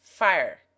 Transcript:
fire